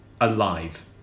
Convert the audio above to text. alive